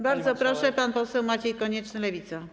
Bardzo proszę, pan poseł Maciej Konieczny, Lewica.